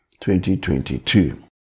2022